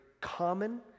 common